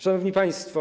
Szanowni Państwo!